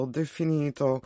definito